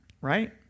Right